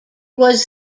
was